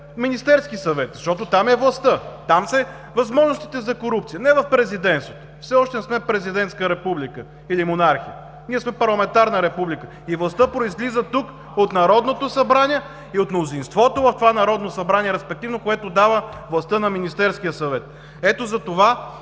Министерския съвет, защото там е властта, там са възможностите за корупция, не в Президентството. Все още не сме президентска република или монархия. Ние сме парламентарна република, властта произлиза тук от Народното събрание и респективно от мнозинството в това Народно събрание, което дава властта на Министерския съвет. Ето затова